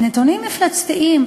על נתונים מפלצתיים.